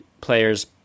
players